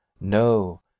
No